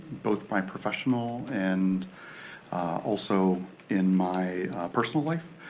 both my professional and also in my personal life.